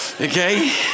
okay